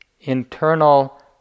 internal